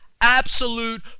absolute